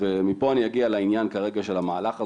ומפה אני אגיע לעניין, כרגע, של המהלך הזה,